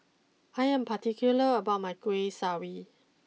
I am particular about my Kueh